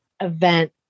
event